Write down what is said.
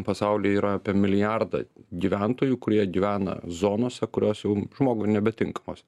pasaulyje yra apie milijardą gyventojų kurie gyvena zonose kurios jau žmogui nebetinkamos